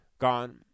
gone